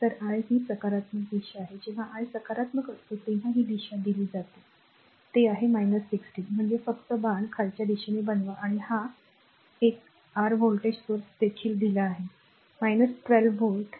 तर I ही सकारात्मक दिशा आहे जेव्हा I सकारात्मक असतो तेव्हा ही दिशा दिली जाते ते आहे 16 म्हणजे फक्त बाण खालच्या दिशेने बनवा आणि हा एक आर व्होल्टेज स्त्रोत देखील दिला आहे 12 व्होल्ट